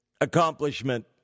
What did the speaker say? accomplishment